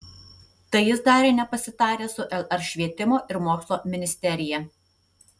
tai jis darė nepasitaręs su lr švietimo ir mokslo ministerija